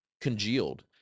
congealed